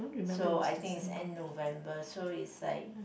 so I think is end November so is like